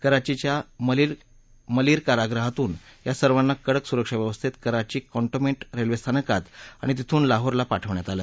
कराचीच्या मलिर कारागृहातून या सर्वांना कडक सुरक्षा व्यवस्थेत कराची कंटोन्मेंट रेल्वे स्थानकात आणि तिथून लाहेरला पाठवण्यात आलं